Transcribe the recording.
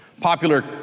Popular